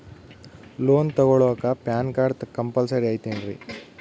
Loan ತೊಗೊಳ್ಳಾಕ pan card compulsory ಐಯ್ತೇನ್ರಿ?